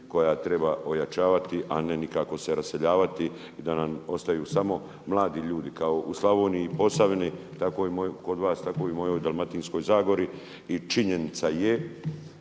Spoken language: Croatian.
koju treba ojačavati, a ne nikako se raseljavati i da nam ostaju samo mladi ljudi kao u Slavoniji u Posavini kod vas tako i u mojoj Dalmatinskoj zagori. I činjenica je